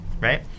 right